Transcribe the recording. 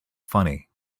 funny